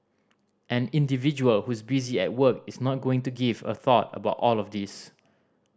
an individual who's busy at work is not going to give a thought about all of this